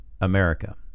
America